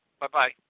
Bye-bye